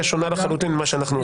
שהיא שונה לחלוטין ממה שאנחנו עושים.